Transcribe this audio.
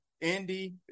indy